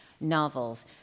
novels